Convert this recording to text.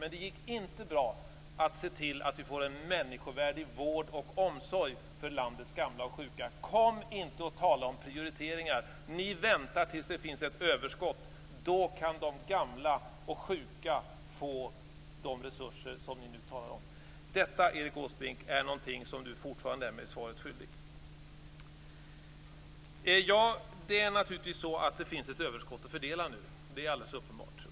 Men det gick inte bra att se till att vi fick en människovärdig vård och omsorg för landets gamla och sjuka. Kom inte och tala om prioriteringar! Ni väntar tills det finns ett överskott. Då kan de gamla och sjuka få de resurser som ni nu talar om. På detta är Erik Åsbrink mig fortfarande svaret skyldig. Naturligtvis finns det nu ett överskott att fördela, det är alldeles uppenbart.